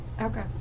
Okay